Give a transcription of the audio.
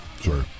Sorry